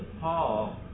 Paul